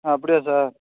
அப்படியா சார்